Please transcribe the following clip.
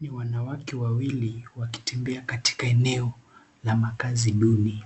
Ni wanawake wawili wakitembea katika eneo la makazi duni